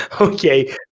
Okay